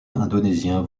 indonésien